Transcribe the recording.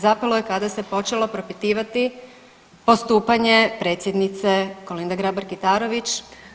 Zapelo je kada se počelo propitivati postupanje predsjednice Kolinde Grabar-Kitarović.